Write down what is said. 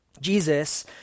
Jesus